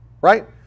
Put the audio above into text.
right